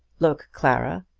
look, clara,